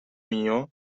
mio